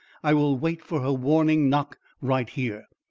i will wait for her warning knock right here.